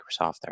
Microsoft